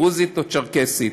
הדרוזית או הצ'רקסית,